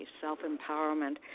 self-empowerment